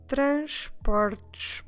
Transportes